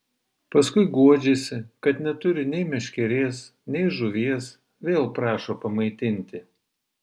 paskui guodžiasi kad neturi nei meškerės nei žuvies vėl prašo pamaitinti